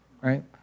right